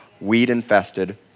Weed-infested